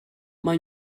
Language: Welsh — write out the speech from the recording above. mae